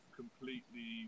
completely